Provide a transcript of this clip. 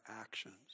actions